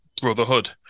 brotherhood